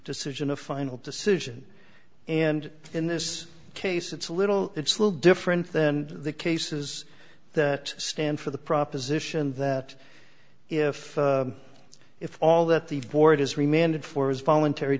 decision a final decision and in this case it's a little it's little different than the cases that stand for the proposition that if if all that the board has remained for is voluntary